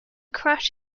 crash